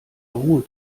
ruhe